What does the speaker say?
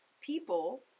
people